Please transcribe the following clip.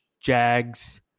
Jags